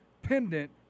pendant